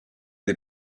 des